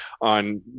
on